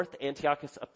Antiochus